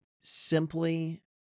simply